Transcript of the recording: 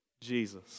Jesus